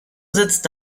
sitzt